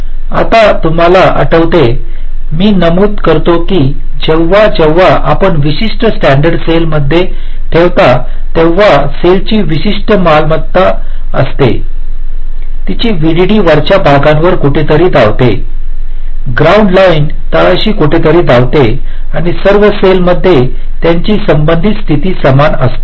आता तुम्हाला आठवते मी नमूद करतो की जेव्हा जेव्हा आपण विशिष्ट स्टॅण्डर्ड सेल मध्ये ठेवता तेव्हा सेल ची विशिष्ट मालमत्ता असते की तिचे व्हीडीडी वरच्या भागावर कुठेतरी धावते ग्राउंड लाइन तळाशी कुठेतरी धावते आणि सर्व सेल मध्ये त्यांची संबंधित स्थिती समान असते